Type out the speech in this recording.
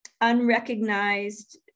unrecognized